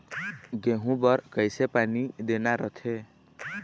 गेहूं बर कइसे पानी देना रथे?